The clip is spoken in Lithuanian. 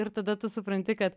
ir tada tu supranti kad